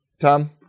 Tom